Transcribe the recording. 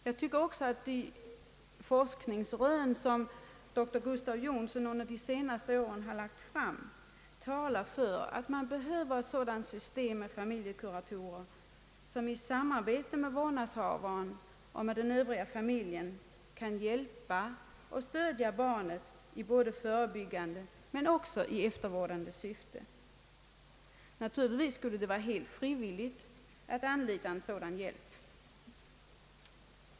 Jag tycker också att de forskningsrön som doktor Gustav Jonsson under de senaste åren har lagt fram talar för att man behöver ett sådant system med familjekuratorer, som i samarbete med vårdnadshavaren och den övriga familjen kan hjälpa och stödja barnet både i förebyggande och i eftervårdande syfte. Naturligtvis skulle det vara helt frivilligt att anlita sådan hjälp.